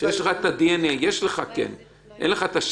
המחשבה שלי אחרי הדיון הקודם, אחרי ששמענו את אותה